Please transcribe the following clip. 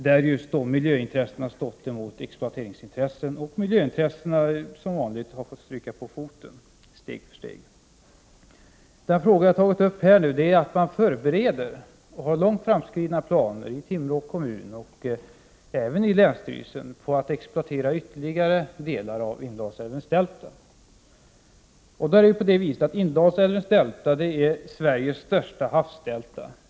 Här har miljöintressena stått emot exploateringsintressen, och miljöintressena har som vanligt, steg för steg, fått stryka på foten. Den fråga som jag har tagit upp nu är att man förbereder och har långt framskridna planer inom Timrå kommun och även inom länsstyrelsen på att exploatera ytterligare delar av Indalsälvens delta. Detta delta är Sveriges största havsdelta.